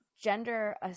Gender